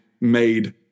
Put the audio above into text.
made